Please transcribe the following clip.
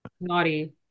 naughty